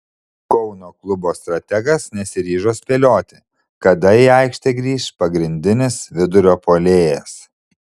kauno klubo strategas nesiryžo spėlioti kada į aikštę grįš pagrindinis vidurio puolėjas